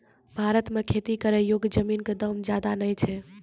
भारत मॅ खेती करै योग्य जमीन कॅ दाम ज्यादा नय छै